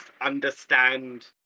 understand